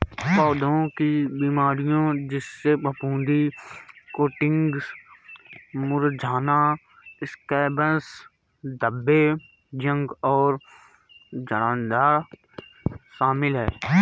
पौधों की बीमारियों जिसमें फफूंदी कोटिंग्स मुरझाना स्कैब्स धब्बे जंग और सड़ांध शामिल हैं